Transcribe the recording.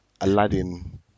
Aladdin